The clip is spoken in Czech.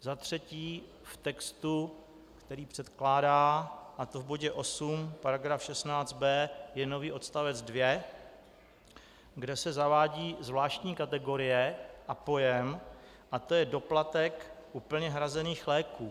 Za třetí, v textu, který předkládá, a to v bodě 8 § 16b, je nový odstavec 2, kde se zavádí zvláštní kategorie a pojem a to je doplatek u plně hrazených léků.